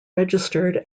registered